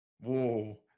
Whoa